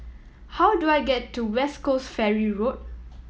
how do I get to West Coast Ferry Road